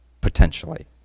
potentially